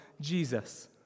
Jesus